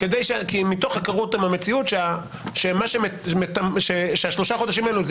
מתוך היכרות עם המציאות ששלושה חודשים אלו זה